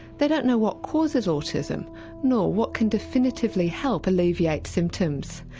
they don't know what causes autism nor what can definitively help alleviate symptoms.